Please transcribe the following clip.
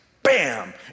bam